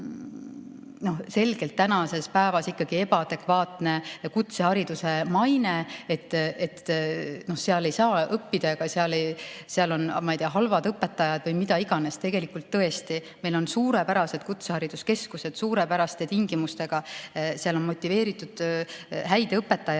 ära selline tänases päevas selgelt ebaadekvaatne kutsehariduse maine, et seal ei saa õppida ja seal on, ma ei tea, halvad õpetajad või mida iganes. Tõesti, meil on suurepärased kutsehariduskeskused suurepäraste tingimustega, seal on motiveeritud ja head õpetajad.